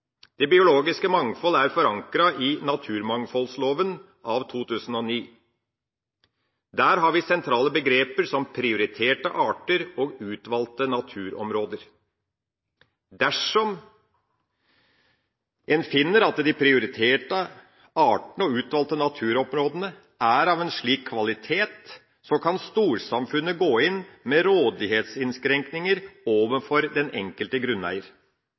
er forankret i naturmangfoldloven av 2009. Der har vi sentrale begreper som «prioriterte arter» og «utvalgte naturområder». Dersom en finner at de prioriterte artene og utvalgte naturområdene er av tilstrekkelig kvalitet, kan storsamfunnet gå inn med rådighetsinnskrenkninger overfor den enkelte grunneier.